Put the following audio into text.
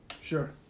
Sure